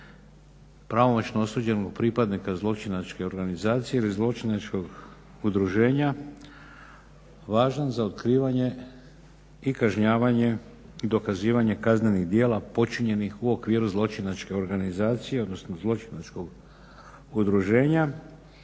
pravomoćno osuđenog pripadnika zločinačke organizacije ili zločinačkog udruženja važan za otkrivanje i kažnjavanje i dokazivanje kaznenih djela počinjenih u okviru zločinačke organizacije, odnosno zločinačkog udruženja